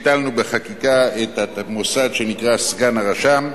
ביטלנו בחקיקה את המוסד שנקרא "סגן הרשם",